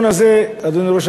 אבל אי-אפשר שלא